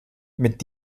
mit